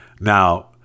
now